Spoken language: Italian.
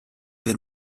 per